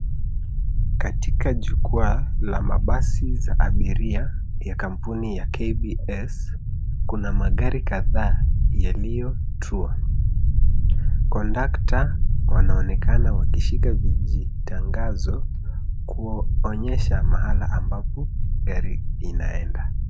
Katika jukwaa la mabasi za abiria ya kampuni ya kbs ,kuna magari kadhaa yaliyotua. Kondakta wanaonekana wakishika vijitangazo kuonyesha mahala ambapo gari inaenda.